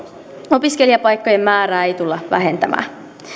opiskelijapaikkojen määrää ei tulla vähentämään